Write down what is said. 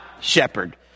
shepherd